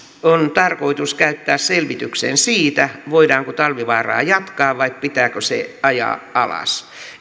tarkoitus käyttää selvitykseen siitä voidaanko talvivaaraa jatkaa vai pitääkö se ajaa alas